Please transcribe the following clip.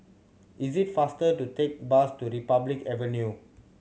is it faster to take bus to Republic Avenue